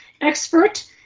expert